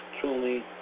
truly